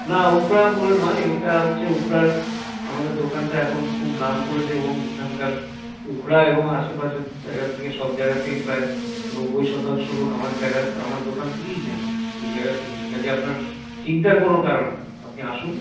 না উখড়া পুলে নয় এটা হচ্ছে উখড়ার আমাদের দোকানটা এখন খুব নাম করেছে এবং এখানকার উখড়া এবং আশেপাশের জায়গা থেকে সব জায়গা থেকে প্রায় নব্বই শতাংশ লোক আমার জাগায় আমার দোকান থেকেই নেয় এই জায়গা থেকেই কাজেই আপনার চিন্তার কোনও কারণ নেই আপনি আসুন